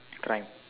crime